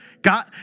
God